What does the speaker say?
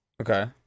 Okay